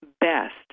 best